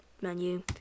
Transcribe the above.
menu